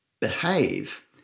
behave